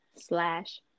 slash